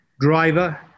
driver